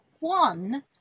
one